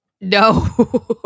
No